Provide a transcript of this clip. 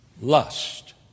lust